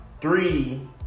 three